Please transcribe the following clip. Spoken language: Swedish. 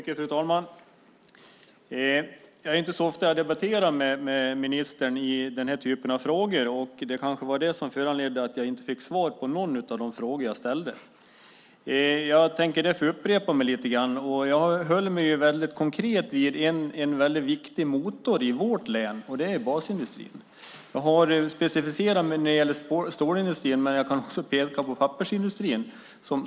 Fru talman! Det är inte så ofta jag debatterar med ministern i den här typen av frågor. Det kanske var det som föranledde att jag inte fick svar på någon av de frågor jag ställde. Jag tänker därför upprepa mig lite grann. Jag höll mig konkret vid en viktig motor i vårt län. Det är basindustrin. Jag har specificerat mig när det gäller stålindustrin, men jag kan också peka på pappersindustrin.